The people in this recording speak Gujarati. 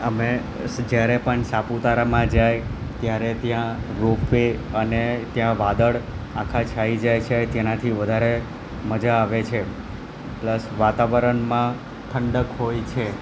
અમે જ્યારે પણ સાપુતારામાં જાય ત્યારે ત્યાં રોપવે અને ત્યાં વાદળ આખા છાયી જાય છે તેનાથી વધારે મજા આવે છે પ્લસ વાતાવરણમાં ઠંડક હોય છે